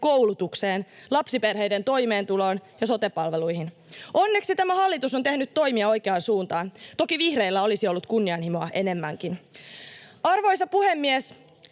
koulutukseen, lapsiperheiden toimeentuloon ja sote-palveluihin. Onneksi tämä hallitus on tehnyt toimia oikeaan suuntaan, toki vihreillä olisi ollut kunnianhimoa enemmänkin. Arvoisa puhemies!